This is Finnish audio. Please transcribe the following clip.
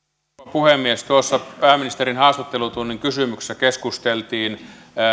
puhemies tuossa pääministerin haastattelutunnin kysymyksessä keskusteltiin